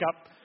up